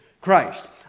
Christ